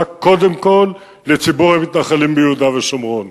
קודם כול לציבור המתנחלים ביהודה ושומרון,